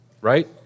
right